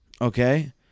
Okay